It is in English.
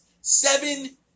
Seven